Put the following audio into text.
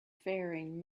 faring